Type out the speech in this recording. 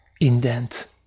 indent